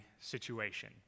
situation